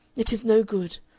it is no good.